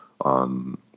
on